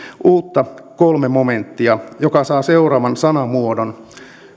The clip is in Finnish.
uutta kolmas momenttia joka saa seuraavan sanamuodon